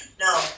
No